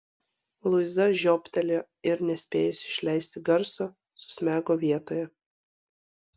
luiza žiobtelėjo ir nespėjusi išleisti garso susmego vietoje